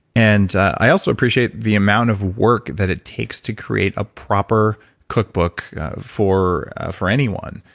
and i also appreciate the amount of work that it takes to create a proper cookbook for for anyone.